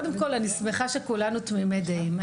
שמחה שכולנו תמימי דעים.